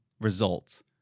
results